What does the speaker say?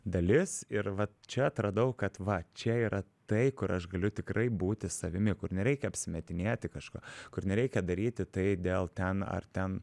dalis ir vat čia atradau kad va čia yra tai kur aš galiu tikrai būti savimi kur nereikia apsimetinėti kažkuo kur nereikia daryti tai dėl ten ar ten